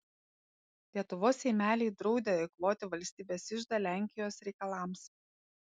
lietuvos seimeliai draudė eikvoti valstybės iždą lenkijos reikalams